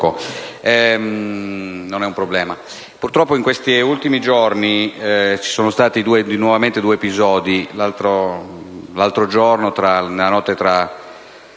non è un problema. Purtroppo in questi ultimi giorni ci sono stati due nuovi episodi. L'altro giorno, nella notte tra